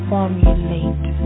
Formulate